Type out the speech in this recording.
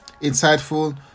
insightful